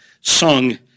sung